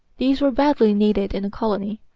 these were badly needed in the colony.